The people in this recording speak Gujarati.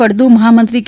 ફળદુ મહામંત્રી કે